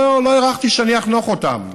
לא הערכתי שאני אחנוך אותן.